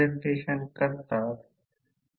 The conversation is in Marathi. V2I2 द्वारे विभाजित हे एक R e 2 जाणून घ्या